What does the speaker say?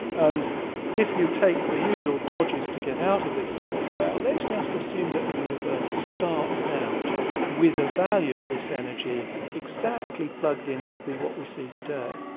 and if you take the usual dodges to get out of this and say, well, let's just assume that the universe starts out with a value of this energy exactly plugged in to be what we see today.